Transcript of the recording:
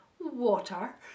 water